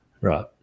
Right